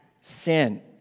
sin